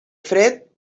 fred